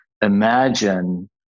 imagine